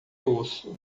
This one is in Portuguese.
osso